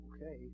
Okay